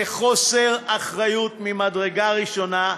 זה חוסר אחריות ממדרגה ראשונה,